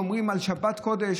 אומרים על שבת קודש,